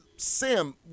Sam